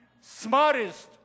smartest